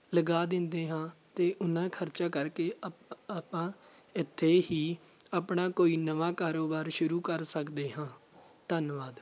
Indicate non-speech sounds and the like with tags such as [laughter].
ਲਗਾ ਦਿੰਦੇ ਹਾਂ ਅਤੇ ਉਨਾਂ ਖਰਚਾ ਕਰਕੇ [unintelligible] ਆਪਾਂ ਇੱਥੇ ਹੀ ਆਪਣਾ ਕੋਈ ਨਵਾਂ ਕਾਰੋਬਾਰ ਸ਼ੁਰੂ ਕਰ ਸਕਦੇ ਹਾਂ ਧੰਨਵਾਦ